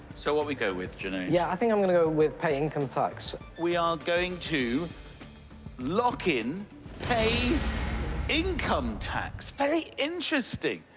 so, what will we go with, junaid? yeah, i think i'm going to go with pay income tax. we are going to lock in pay income tax. very interesting.